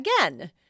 Again